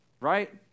Right